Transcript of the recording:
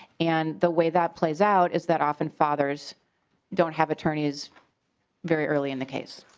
and the way that plays out is that often fathers don't have attorneys very early in the case.